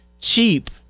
cheap